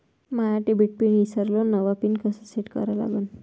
माया debit pin ईसरलो, नवा pin कसा सेट करा लागन?